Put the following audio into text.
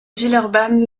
villeurbanne